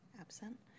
Absent